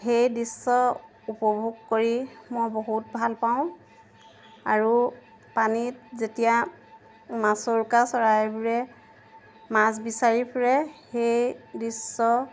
সেই দৃশ্য উপভোগ কৰি মই বহুত ভাল পাওঁ আৰু পানীত যেতিয়া মাছৰোকা চৰাইবোৰে মাছ বিচাৰি ফুৰে সেই দৃশ্য